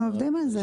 אנחנו עובדים בזה.